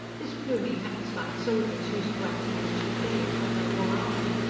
this plumie acts like soldiers used to act in ancient days when they wore armor.